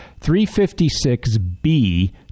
356B